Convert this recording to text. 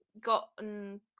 gotten